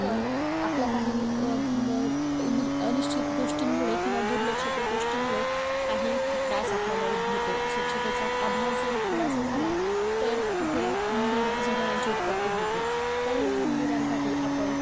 तर आपल्या काही नि अनिश्चित गोष्टींमुळे किंवा दुर्लक्षित गोष्टीमुळे काही त्रास आपल्याला उद्भवतो स्वच्छतेचा अभाव जर थोडासा झाला तर तिथे उंदीर व झुरळांची उत्पत्ती होते तर या उंदिरांसाठी आपण